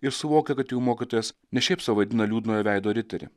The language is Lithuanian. ir suvokia kad jų mokytojas ne šiaip sau vaidina liūdnojo veido riterį